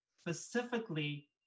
specifically